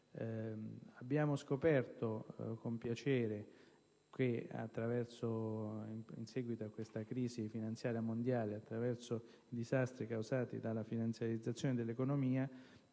Abbiamo scoperto con piacere in seguito alla crisi finanziaria mondiale, attraverso i disastri causati dalla finanziarizzazione dell'economia,